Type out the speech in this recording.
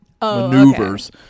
maneuvers